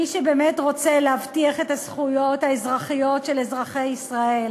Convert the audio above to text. מי שרוצה באמת להבטיח את הזכויות האזרחיות של אזרחי ישראל,